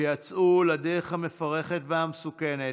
שיצאו לדרך המפרכת והמסוכנת,